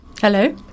Hello